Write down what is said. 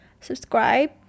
subscribe